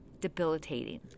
debilitating